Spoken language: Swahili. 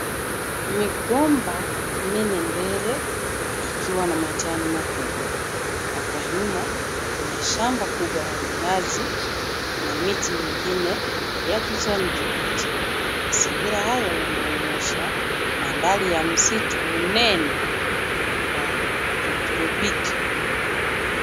Migomba miine mbele ikiwa na majani makubwa na kwa nyuma kuna shamba kubwa la minazi na miti ingine ya kijani kibichi. Mazingira haya yanaonesha mandhari ya misitu minene wa kitropiki.